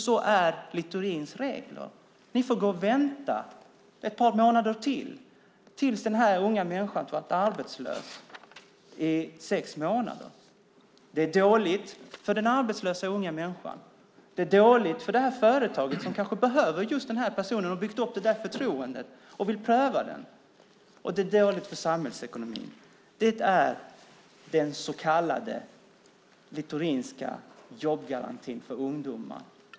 Så är Littorins regler. Man måste vänta ett par månader till tills denna unga människa har varit arbetslös i sex månader. Det är dåligt för den arbetslösa unga människan. Det är dåligt för företaget som kanske behöver just denna person och har byggt upp ett förtroende och vill pröva honom eller henne. Det är dåligt för samhällsekonomin. Det är den så kallade Littorinska jobbgarantin för ungdomar.